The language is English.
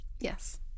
Yes